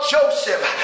Joseph